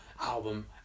album